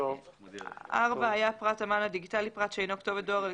היה פרט המען הדיגיטלי פרט שאינו כתובת דואר אלקטרוני,